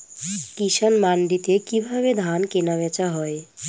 কৃষান মান্ডিতে কি ভাবে ধান কেনাবেচা হয়?